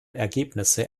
ergebnisse